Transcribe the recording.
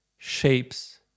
shapes